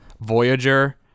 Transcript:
voyager